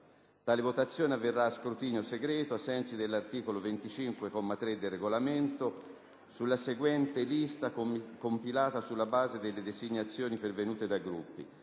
Tale operazione avverrà a scrutinio segreto, ai sensi dell'articolo 25, comma 3, del Regolamento, sulla seguente lista compilata sulla base delle designazioni pervenute dai Gruppi: